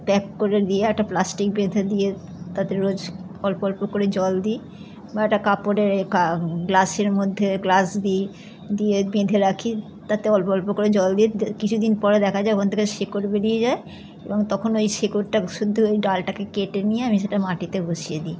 pack করে দিয়ে একটা প্লাস্টিক বেঁধে দিয়ে তাতে রোজ অল্প অল্প করে জল দিই বা একটা কাপড়েরে কা গ্লাসের মধ্যে গ্লাস দিই দিয়ে বেঁধে রাখি তাতে অল্প অল্প করে জল দিয়েতে কিছু দিন পরে দেখা যায় ওখান থেকে শেকড় বেরিয়ে যায় এবং তখন ওই শেকড়টা শুধু ওই ডালটাকে কেটে নিয়ে আমি সেটা মাটিতে বসিয়ে দিই